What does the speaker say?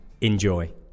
enjoy